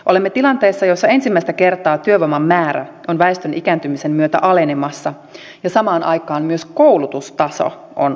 olemme tilanteessa jossa ensimmäistä kertaa työvoiman määrä on väestön ikääntymisen myötä alenemassa ja samaan aikaan myös koulutustaso on alenemassa